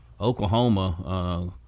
Oklahoma